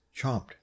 chomped